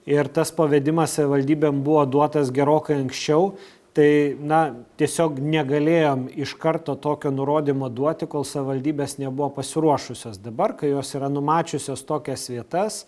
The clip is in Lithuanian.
ir tas pavedimas savivaldybėm buvo duotas gerokai anksčiau tai na tiesiog negalėjom iš karto tokio nurodymo duoti kol savivaldybės nebuvo pasiruošusios dabar kai jos yra numačiusios tokias vietas